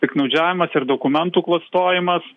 piktnaudžiavimas ir dokumentų klastojimas